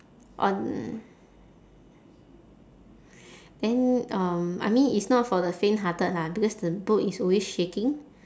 on then um I mean it's not for the faint-hearted lah because the boat is always shaking